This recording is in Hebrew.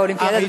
באולימפיאדה,